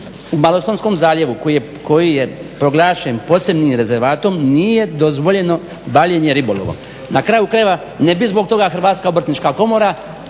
u Malostonskom zaljevu koji je proglašen posebnim rezervatom nije dozvoljeno bavljenje ribolovom. Na kraju krajeva ne bi zbog toga Hrvatska obrtnička komora,